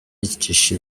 yicisha